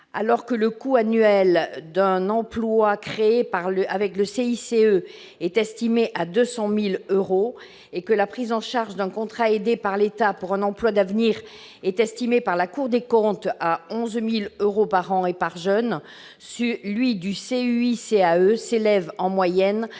Alors que le coût annuel d'un emploi créé avec le CICE est estimé à 200 000 euros, que la prise en charge d'un contrat aidé par l'État pour un emploi d'avenir est estimée par la Cour des comptes à 11 000 euros par an et par jeune, celui d'un CUI-CAE s'élève en moyenne